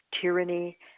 tyranny